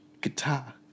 guitar